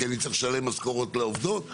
כי אני צריך לשלם משכורות לעובדים.